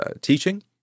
teaching